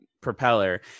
propeller